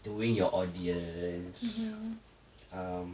to win your audience um